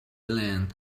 land